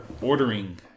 ordering